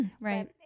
Right